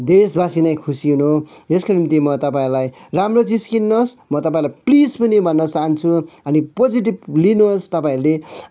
देशवासी नै खुसी हुनु हो यसको निम्ति म तपाईँहरूलाई राम्रो चिज किन्नुहोस् म तपाईँहरूलाई प्लिज पनि भन्न चाहन्छु अनि पोजेटिभ लिनुहोस् तपाईँहरूले